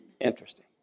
Interesting